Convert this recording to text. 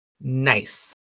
Nice